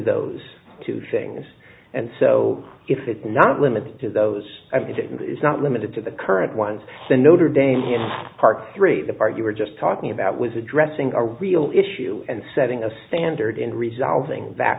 those two things and so if it's not limited to those it is not limited to the current ones the notre dame here part three the part you were just talking about was addressing a real issue and setting a standard in resolving